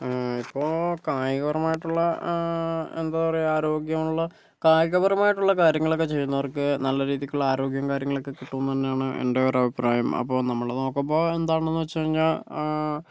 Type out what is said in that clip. ഇപ്പോൾ കായികപരമായിട്ടുള്ള എന്താ പറയുക ആരോഗ്യങ്ങൾ കായികപരമായിട്ടുള്ള കാര്യങ്ങളൊക്കെ ചെയ്യുന്നവർക്ക് നല്ല രീതിയ്ക്കുള്ള ആരോഗ്യവും കാര്യങ്ങളൊക്കെ കിട്ടുമെന്ന് തന്നെയാണ് എൻ്റെ ഒരു അഭിപ്രായം അപ്പോൾ നമ്മള് നോക്കുമ്പോൾ എന്താണെന്ന് വച്ച് കഴിഞ്ഞാൽ